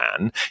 man